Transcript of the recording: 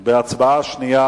עבר בקריאה שנייה